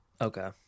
Okay